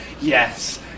yes